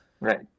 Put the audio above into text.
Right